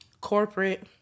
Corporate